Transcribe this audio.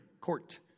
court